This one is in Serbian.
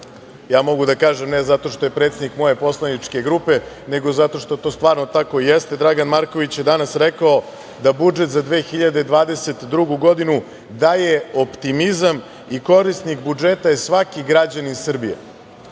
ja mogu da kažem, ne zato što je predsednik moje poslaničke grupe, nego zato što to stvarno tako jeste, Dragan Marković je danas rekao da budžet za 2022. godinu daje optimizam i korisnik budžeta je svaki građanin Srbije.